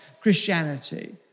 Christianity